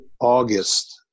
August